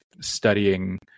studying